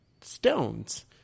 stones